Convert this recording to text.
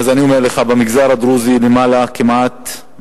אז אני אומר לך, במגזר הדרוזי, למעלה, בצפון,